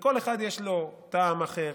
ולכל אחד יש טעם אחר